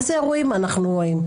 איזה אירועים אנחנו רואים?